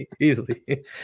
easily